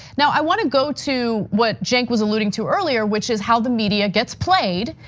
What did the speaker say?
now, i wanna go to what cenk was alluding to earlier, which is how the media gets played.